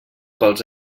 pels